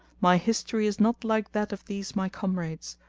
my history is not like that of these my comrades,